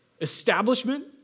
establishment